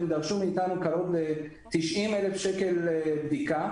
והם דרשו מאתנו קרוב ל-90,000 שקל לבדיקה.